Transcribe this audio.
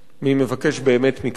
מי מבקש באמת מקלט,